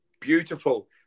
beautiful